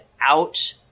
out